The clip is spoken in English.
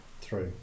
three